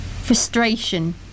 Frustration